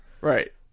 right